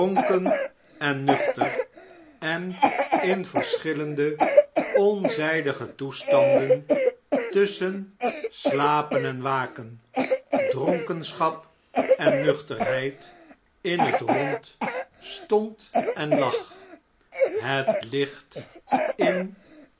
en nuchter en in verschillende onzpige toestanden tusschen slapen en waken dronkenschap en nuchterheid in het rond stond en lag hetlichtinde wachtb